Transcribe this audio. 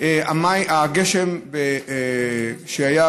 אחרי הגשם שהיה,